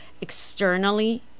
externally